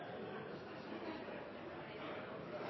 også de har et